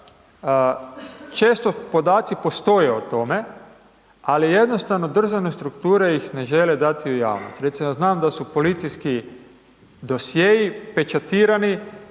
često podaci postoje o tome, ali jednostavno državne strukture ih ne žele dati u javnost. Recimo znam da su policijski dosjei pečatirani